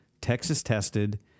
Texas-tested